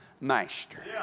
master